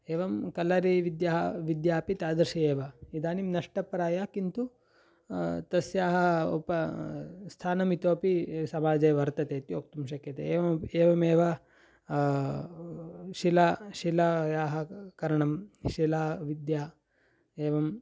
एवं कलरी विद्याः विद्या अपि तादृशे एव इदानीं नष्टप्राय किन्तु तस्याः उप स्थानमितोपि समाजे वर्तते इति वक्तुं शक्यते एवं एवमेव शिला शिलायाः करणं शिलाविद्या एवं